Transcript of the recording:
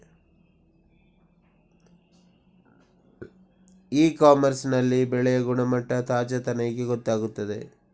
E commerce ನಲ್ಲಿ ಬೆಳೆಯ ಗುಣಮಟ್ಟ, ತಾಜಾತನ ಹೇಗೆ ಗೊತ್ತಾಗುತ್ತದೆ?